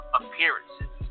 appearances